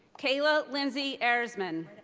cayla lynsey erisman.